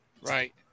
Right